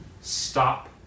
stop